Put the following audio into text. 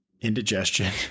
indigestion